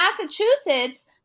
Massachusetts